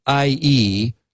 IE